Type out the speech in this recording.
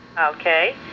Okay